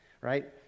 right